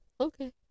okay